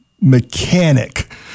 mechanic